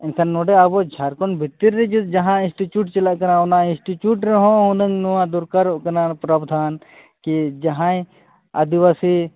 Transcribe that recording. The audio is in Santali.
ᱮᱱᱠᱷᱟᱱ ᱱᱚᱰᱮ ᱟᱵᱚ ᱡᱷᱟᱲᱠᱷᱚᱸᱰ ᱵᱷᱤᱛᱤᱨ ᱨᱮ ᱡᱩᱫᱤ ᱡᱟᱦᱟᱸ ᱤᱱᱥᱴᱤᱴᱤᱣᱩᱴ ᱪᱟᱞᱟᱜ ᱠᱟᱱᱟ ᱚᱱᱟ ᱤᱱᱥᱴᱤᱴᱤᱣᱩᱴ ᱨᱮᱦᱚᱸ ᱦᱩᱱᱟᱹᱝ ᱱᱚᱣᱟ ᱫᱚᱨᱠᱟᱨ ᱠᱟᱱᱟ ᱚᱱᱟ ᱯᱨᱚᱵᱷᱟᱫᱷᱟᱱ ᱠᱤ ᱡᱟᱦᱟᱸᱭ ᱟᱹᱫᱤᱵᱟᱹᱥᱤ